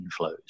inflows